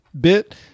bit